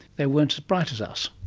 they weren't as bright as us.